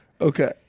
Okay